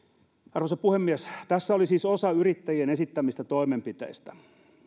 arvoisa puhemies tässä oli siis osa yrittäjien esittämistä toimenpiteistä